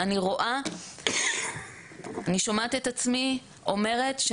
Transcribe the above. אני ממליץ לכם